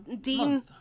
Dean